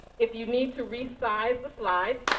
if you need to resize the slides,